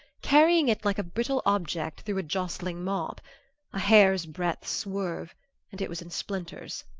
carrying it like a brittle object through a jostling mob a hair's-breadth swerve and it was in splinters.